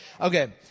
Okay